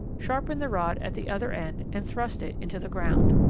sharpen the rod at the other end and thrust it into the ground.